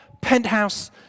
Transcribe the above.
penthouse